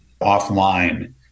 offline